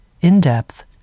in-depth